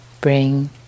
bring